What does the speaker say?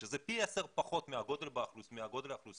שזה פי עשרה פחות מהגודל באוכלוסייה,